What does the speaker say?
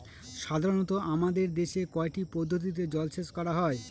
সাধারনত আমাদের দেশে কয়টি পদ্ধতিতে জলসেচ করা হয়?